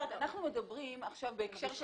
אני אומרת שאנחנו מדברים עכשיו בהקשר של